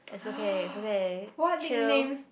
it's okay it's okay chill